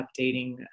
updating